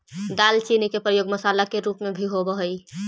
दालचीनी के प्रयोग मसाला के रूप में भी होब हई